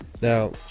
Now